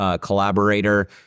collaborator